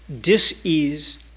dis-ease